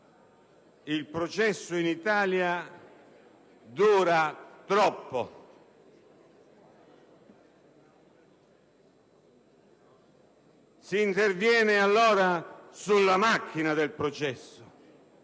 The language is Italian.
il processo in Italia duri troppo. Si intervenga, allora, sulla macchina del processo